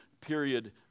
period